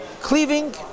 cleaving